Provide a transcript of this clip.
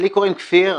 קוראים לי כפיר,